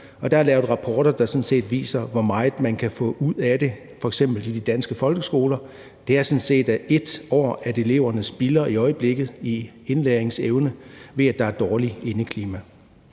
der er lavet rapporter, der viser, hvor meget man kan få ud af det, f.eks. i de danske folkeskoler. Det er sådan set 1 år, eleverne spilder i øjeblikket i indlæringsevne, ved at der er dårligt indeklima.